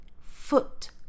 foot